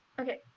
okay